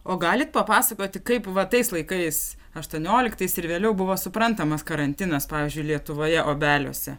o galit papasakoti kaip va tais laikais aštuonioliktais ir vėliau buvo suprantamas karantinas pavyzdžiui lietuvoje obeliuose